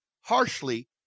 harshly